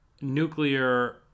nuclear